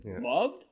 loved